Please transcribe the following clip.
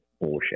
bullshit